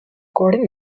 gordon